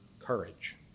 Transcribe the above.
courage